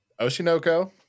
Oshinoko